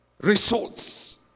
results